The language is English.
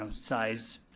um size,